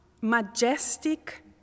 majestic